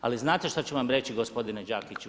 Ali znate što ću vam reći, gospodine Đakiću?